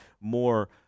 more